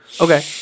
okay